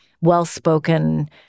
well-spoken